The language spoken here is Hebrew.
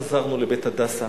חזרנו ל"בית הדסה".